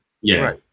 yes